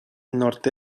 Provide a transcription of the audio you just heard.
nord